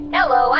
Hello